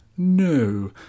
No